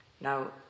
Now